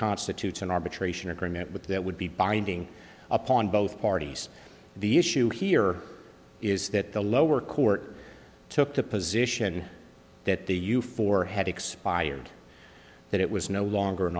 constitutes an arbitration agreement with that would be binding upon both parties the issue here is that the lower court took the position that the you four had expired that it was no longer